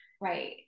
Right